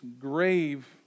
grave